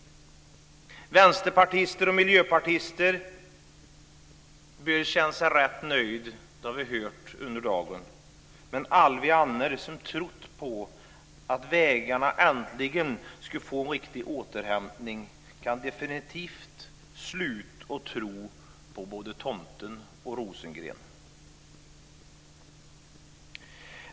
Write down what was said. Vänsterpartister och Miljöpartister bör känna sig rätt nöjda. Det har vi hört under dagen. Men alla vi andra som trott på att vägarna äntligen skulle få en riktig återhämtning kan definitivt sluta att tro på både tomten och Rosengren.